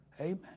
Amen